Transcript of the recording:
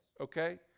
okay